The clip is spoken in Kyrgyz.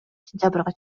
сентябрга